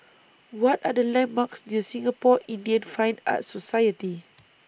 What Are The landmarks near Singapore Indian Fine Arts Society